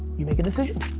you make a decision.